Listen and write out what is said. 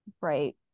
right